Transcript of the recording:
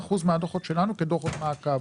ל-20% מהדוחות שלנו כדוחות מעקב.